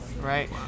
right